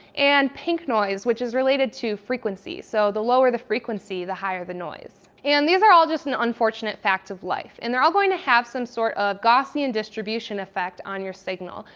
and pink noise which is related to frequency, so the lower the frequency, the higher the noise. and these are all just an unfortunate fact of life and they are all going to have some sort of gaussian distribution effect on your signal,